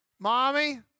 Mommy